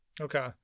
Okay